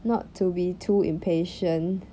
not to be too impatient